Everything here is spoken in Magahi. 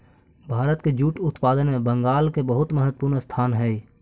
भारत के जूट उत्पादन में बंगाल के बहुत महत्त्वपूर्ण स्थान हई